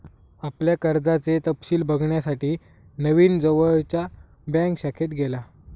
आपल्या कर्जाचे तपशिल बघण्यासाठी नवीन जवळच्या बँक शाखेत गेला